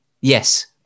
yes